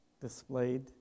displayed